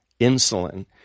insulin